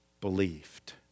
believed